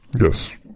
yes